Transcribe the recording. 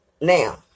Now